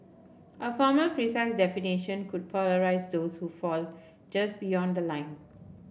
a formal precise definition could polarise those who fall just beyond the line